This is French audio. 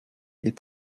est